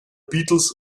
beatles